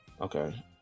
Okay